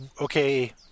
okay